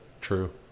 true